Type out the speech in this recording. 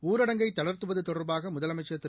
ஊரடங்கை தள்த்துவது தொடா்பாக முதலமைச்சா் திரு